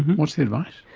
what is the advice?